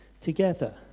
together